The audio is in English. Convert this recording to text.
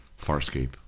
Farscape